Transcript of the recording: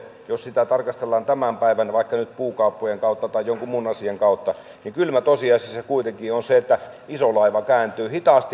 jos sitä tarkastellaan vaikka nyt tämän päivän puukauppojen kautta tai jonkun muun asian kautta niin kylmä tosiasia kuitenkin on se että iso laiva kääntyy hitaasti